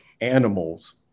animals